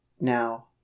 now